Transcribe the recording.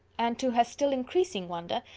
and, to her still increasing wonder,